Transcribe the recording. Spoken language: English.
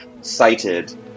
cited